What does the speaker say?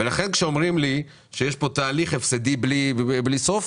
לכן כשאומרים לי שיש פה תהליך של הפסד בלי סוף,